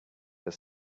are